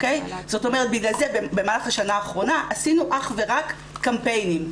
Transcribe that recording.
זאת אומרת בגלל זה במהלך השנה האחרונה עשינו אך ורק קמפיינים.